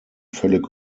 völlig